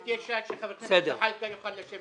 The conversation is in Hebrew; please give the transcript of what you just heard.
יש"ע כדי שחבר הכנסת זחאלקה יוכל לשבת,